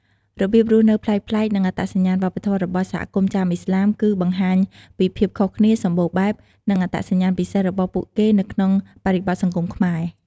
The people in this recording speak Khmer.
របៀបរស់នៅប្លែកៗ និងអត្តសញ្ញាណវប្បធម៌របស់សហគមន៍ចាមឥស្លាម គឺបង្ហាញពីភាពខុសគ្នា សម្បូរបែប និងអត្តសញ្ញាណពិសេសរបស់ពួកគេនៅក្នុងបរិបទសង្គមខ្មែរ។